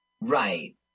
Right